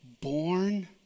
born